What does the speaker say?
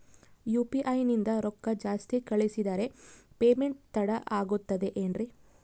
UPI ನಿಂದ ರೊಕ್ಕ ಜಾಸ್ತಿ ಕಳಿಸಿದರೆ ಪೇಮೆಂಟ್ ತಡ ಆಗುತ್ತದೆ ಎನ್ರಿ?